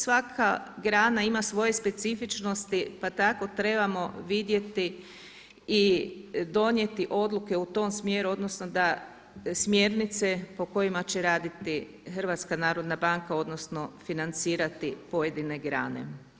Svaka grana ima svoje specifičnosti pa tako trebamo vidjeti i donijeti odluke u tom smjeru odnosno da smjernice po kojima će raditi HBOR odnosno financirati pojedine grane.